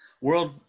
World